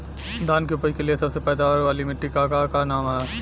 धान की उपज के लिए सबसे पैदावार वाली मिट्टी क का नाम ह?